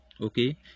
okay